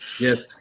yes